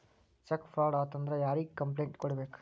check fraud ಆತಂದ್ರ ಯಾರಿಗ್ complaint ಕೂಡ್ಬೇಕು